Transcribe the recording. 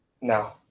No